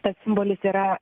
tas simbolis yra